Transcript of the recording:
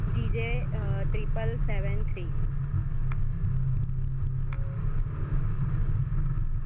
GJ triple seven three